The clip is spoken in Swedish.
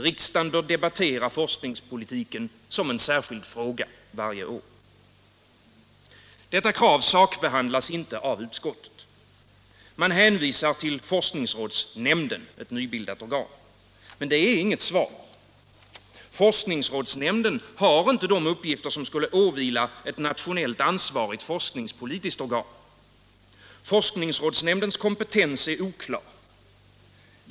Riksdagen bör debattera forskningspolitiken som en särskild fråga varje år. Detta krav sakbehandlas inte av utskottet. Man hänvisar till forskningsrådsnämnden, ett nybildat organ. Men det är inget svar. Forskningsrådsnämnden har inte de uppgifter som skulle åvila ett nationellt ansvarigt forskningspolitiskt organ. Forskningsrådsnämndens kompetens är oklar.